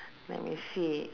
let me see